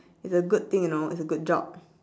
is a good thing you know it's a good job